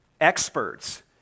experts